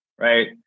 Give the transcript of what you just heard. right